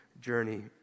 journey